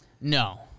No